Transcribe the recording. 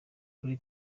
buri